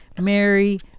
Mary